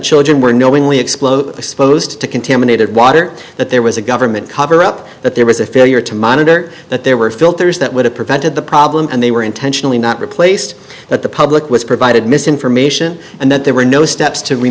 children were knowingly explode exposed to contaminated water that there was a government cover up that there was a failure to monitor that there were filters that would have prevented the problem and they were intentionally not replaced that the public was provided misinformation and that there were no steps to re